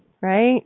right